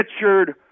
Richard